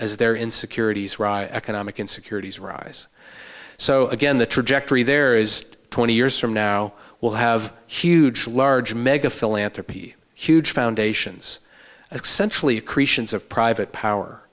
as their insecurities raw economic insecurities rise so again the trajectory there is twenty years from now we'll have huge large mega philanthropy huge foundations